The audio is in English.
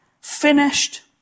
finished